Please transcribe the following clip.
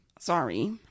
sorry